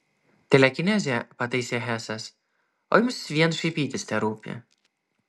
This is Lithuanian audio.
telekinezė pataisė hesas o jums vien šaipytis terūpi